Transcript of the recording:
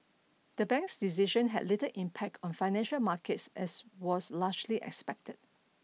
the bank's decision had little impact on financial markets as was largely expected